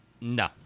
No